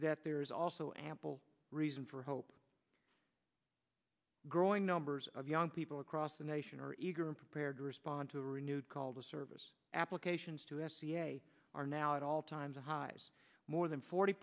that there is also ample reason for hope growing numbers of young people across the nation are eager prepared to respond to a renewed call to service applications to s c a are now at all time the highs more than forty